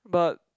but